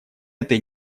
этой